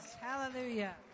Hallelujah